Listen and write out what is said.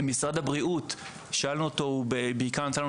שאלנו את משרד הבריאות והוא בעיקר נתן לנו